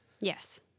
Yes